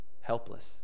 helpless